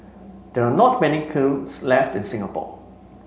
there are not many kilns left in Singapore